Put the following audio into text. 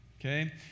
Okay